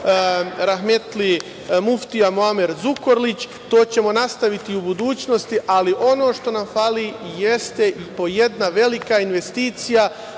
rahmetli muftija Muamer Zukorlić, to ćemo nastavi i u budućnosti. Ono što nam fali jeste i po jedna velika investicija,